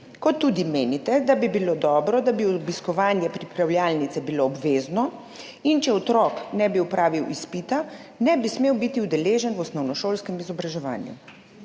Kot tudi menite, da bi bilo dobro, da bi bilo obiskovanje pripravljalnice obvezno. In če otrok ne bi opravil izpita, ne bi smel biti udeležen v osnovnošolskem izobraževanju.